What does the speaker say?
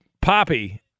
Poppy